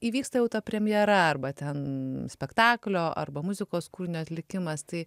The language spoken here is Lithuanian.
įvyksta jau ta premjera arba ten spektaklio arba muzikos kūrinio atlikimas tai